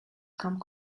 come